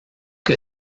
que